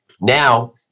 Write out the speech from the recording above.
Now